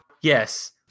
Yes